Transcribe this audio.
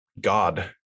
God